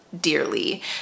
dearly